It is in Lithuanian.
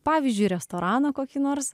pavyzdžiui restoraną kokį nors